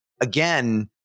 Again